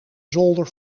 zolder